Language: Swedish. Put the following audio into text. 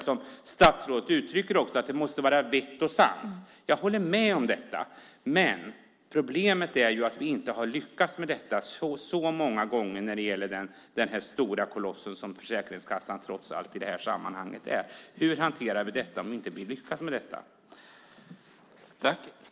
Som statsrådet säger måste det vara vett och sans. Jag håller med om det. Problemet är att vi inte har lyckats så många gånger när det gäller den stora koloss som Försäkringskassan är. Hur hanterar vi det om vi inte lyckas?